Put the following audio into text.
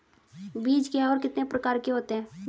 बीज क्या है और कितने प्रकार के होते हैं?